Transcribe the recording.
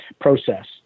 process